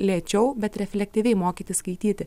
lėčiau bet reflektyviai mokytis skaityti